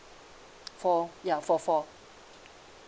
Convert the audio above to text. four ya for four